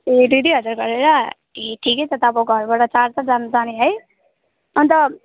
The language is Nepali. ए दुई दुई हजार गरेर ए ठिकै छ त अब घरबाट चार चारजना जाने है अन्त